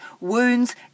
wounds